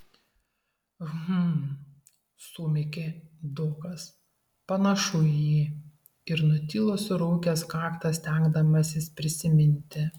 hm sumykė dokas panašu į ir nutilo suraukęs kaktą stengdamasis prisiminti